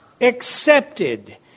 accepted